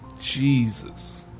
Jesus